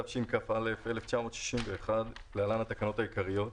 התשכ"א 1961 (להלן התקנות העיקריות),